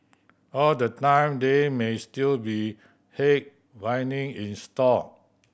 all the time there may still be headwind in store